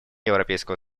европейского